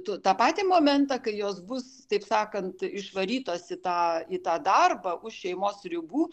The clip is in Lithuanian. tu tą patį momentą kai jos bus taip sakant išvarytos į tą į tą darbą už šeimos ribų